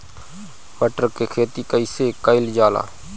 मटर के खेती कइसे कइल जाला?